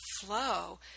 flow